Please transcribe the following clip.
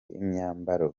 imyambaro